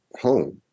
home